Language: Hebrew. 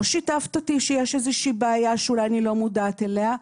לא שיתפת אותי שיש איזושהי בעיה שאולי אני לא מודעת אליה.